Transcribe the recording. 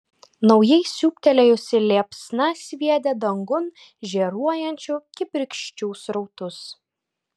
naujai siūbtelėjusi liepsna sviedė dangun žėruojančių kibirkščių srautus